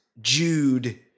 Jude